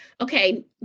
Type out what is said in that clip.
okay